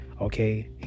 Okay